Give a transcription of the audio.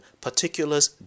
particulars